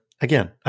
again